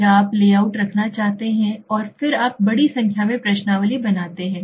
क्या आप लेआउट रखना चाहते हैं और फिर आप बड़ी संख्या में प्रश्नावली बनाते हैं